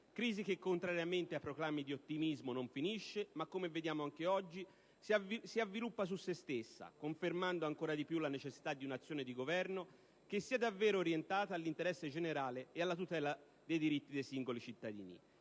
crisi che contrariamente ai proclami di ottimismo non finisce, ma come vediamo anche oggi si avviluppa su sé stessa, confermando ancora di più la necessità di un'azione di Governo che sia davvero orientata all'interesse generale e alla tutela dei diritti dei singoli cittadini.